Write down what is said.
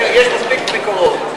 יש מספיק ביקורות,